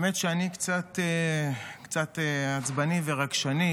האמת היא שאני קצת עצבני ורגשני.